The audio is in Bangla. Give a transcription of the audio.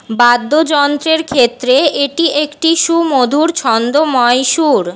বাদ্যযন্ত্রের ক্ষেত্রে এটি একটি সুমধুর ছন্দোময় সুর